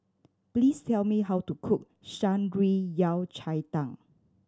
please tell me how to cook Shan Rui Yao Cai Tang